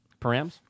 params